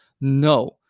No